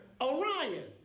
Orion